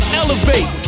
elevate